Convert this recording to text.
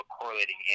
correlating